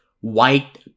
white